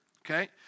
okay